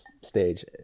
stage